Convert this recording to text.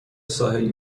ساحلی